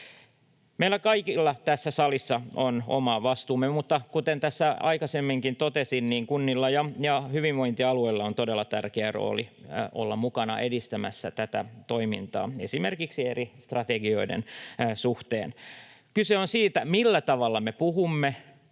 Meillä kaikilla tässä salissa on oma vastuumme, mutta kuten tässä aikaisemminkin totesin, niin kunnilla ja hyvinvointialueilla on todella tärkeä rooli olla mukana edistämässä tätä toimintaa esimerkiksi eri strategioiden suhteen. Kyse on siitä, millä tavalla me puhumme